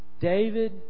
David